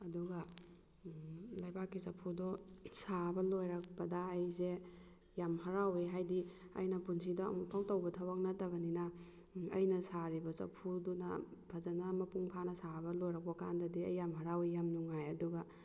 ꯑꯗꯨꯒ ꯂꯩꯕꯥꯛꯀꯤ ꯆꯐꯨꯗꯣ ꯁꯥꯕ ꯂꯣꯏꯔꯛꯄꯗ ꯑꯩꯁꯦ ꯌꯥꯝ ꯍꯔꯥꯎꯋꯦ ꯍꯥꯏꯗꯤ ꯑꯩꯅ ꯄꯨꯟꯁꯤꯗ ꯑꯃꯨꯛ ꯐꯥꯎ ꯇꯧꯕ ꯊꯕꯛ ꯅꯠꯇꯕꯅꯤꯅ ꯑꯩꯅ ꯁꯥꯔꯤꯕ ꯆꯐꯨꯗꯨꯅ ꯐꯖꯅ ꯃꯄꯨꯡ ꯐꯥꯅ ꯁꯥꯕ ꯂꯣꯏꯔꯛꯄ ꯀꯥꯟꯗꯗꯤ ꯑꯩ ꯌꯥꯝ ꯍꯔꯥꯎꯋꯤ ꯌꯥꯝ ꯅꯨꯡꯉꯥꯏ ꯑꯗꯨꯒ